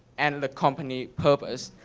and the company purpose.